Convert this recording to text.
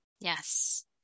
Yes